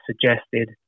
suggested